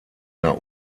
der